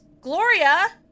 Gloria